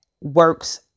works